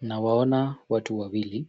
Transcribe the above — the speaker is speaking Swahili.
Nawaona watu wawili